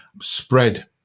spread